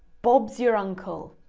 bob's your uncle,